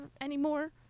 anymore